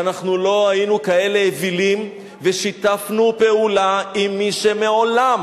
שאנחנו לא היינו כאלה אווילים ושיתפנו פעולה עם מי שמעולם,